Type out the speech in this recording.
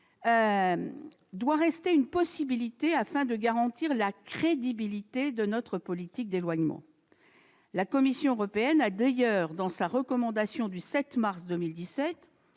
doit rester une possibilité afin de garantir la crédibilité de notre politique d'éloignement. La Commission européenne a d'ailleurs, dans sa recommandation du 7 mars 2017